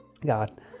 God